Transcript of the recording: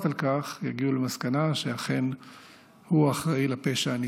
על כך יגיעו למסקנה שאכן הוא האחראי לפשע הנתעב.